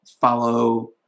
follow